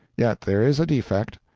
yet there is a defect,